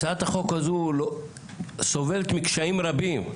הצעת החוק הזו סובלת מקשיים רבים.